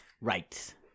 Right